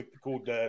called